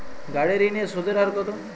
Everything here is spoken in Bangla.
গাড়ির ঋণের সুদের হার কতো?